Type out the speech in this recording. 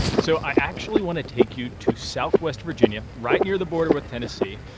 so i actually want to take you to southwest virginia, right near the border with tennessee.